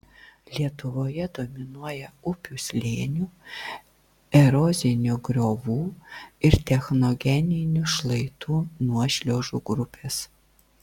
lietuvoje dominuoja upių slėnių erozinių griovų ir technogeninių šlaitų nuošliaužų grupės